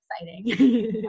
exciting